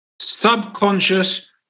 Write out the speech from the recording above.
Subconscious